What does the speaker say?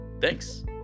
Thanks